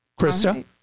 Krista